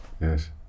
Yes